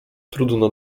trudno